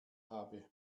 habe